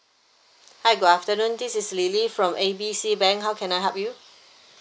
hi good afternoon this is lily from A B C bank how can I help you